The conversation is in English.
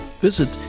Visit